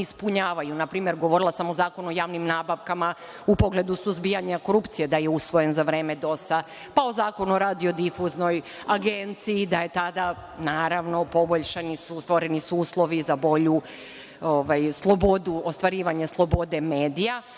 ispunjavaju. Na primer, govorila sam o Zakonu o javnim nabavkama, u pogledu suzbijanja korupcije, da je usvojen za vreme DOS-a, pa o Zakonu o Radiodifuznoj agenciji, da je tada, naravno, poboljšani su, stvoreni su uslovi za bolje ostvarivanje slobode medija.